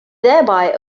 thereby